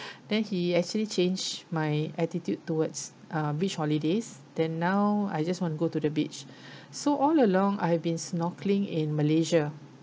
then he actually change my attitude towards uh beach holidays then now I just want to go to the beach so all along I have been snorkeling in malaysia